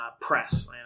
press